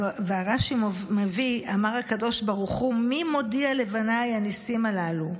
ורש"י מביא: אמר הקדוש ברוך הוא: מי מודיע לבניי הניסים הללו?